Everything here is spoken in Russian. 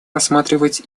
рассматривать